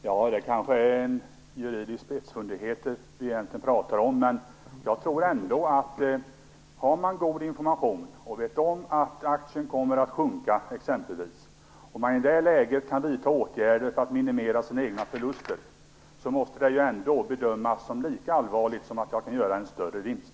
Herr talman! Egentligen är det kanske juridiska spetsfundigheter vi pratar om här. Jag tror ändå att har man god information, och vet om att aktien exempelvis kommer att sjunka, och i det läget vidtar åtgärder för att minimera sina egna förluster, då måste det bedömas som lika allvarligt som om man gör en större vinst.